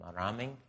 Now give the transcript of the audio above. Maraming